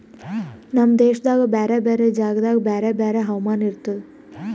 ನಮ್ ದೇಶದಾಗ್ ಬ್ಯಾರೆ ಬ್ಯಾರೆ ಜಾಗದಾಗ್ ಬ್ಯಾರೆ ಬ್ಯಾರೆ ಹವಾಮಾನ ಇರ್ತುದ